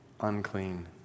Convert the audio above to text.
unclean